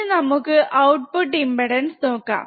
ഇനി നമുക്ക് output impedance നോക്കാം